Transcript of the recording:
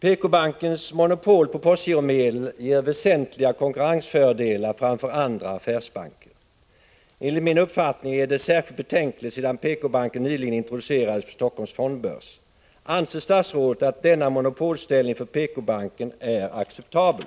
PK-bankens monopol på postgiromedel ger PK-banken väsentliga konkurrensfördelar framför andra affärsbanker. Enligt min uppfattning är det särskilt betänkligt sedan PK-banken nyligen har introducerats på Helsingforss fondbörs. Anser statsrådet att denna monopolställning för PK-banken är acceptabel?